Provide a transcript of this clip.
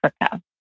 Africa